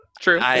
True